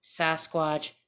Sasquatch